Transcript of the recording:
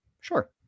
Sure